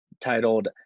titled